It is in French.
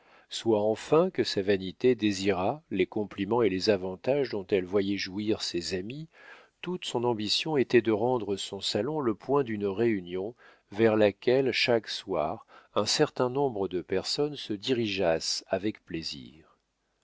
soit enfin que sa vanité désirât les compliments et les avantages dont elle voyait jouir ses amies toute son ambition était de rendre son salon le point d'une réunion vers laquelle chaque soir un certain nombre de personnes se dirigeassent avec plaisir